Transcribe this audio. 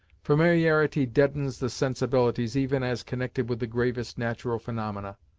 familiarity deadens the sensibilities even as connected with the gravest natural phenomena,